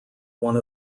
one